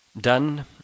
Done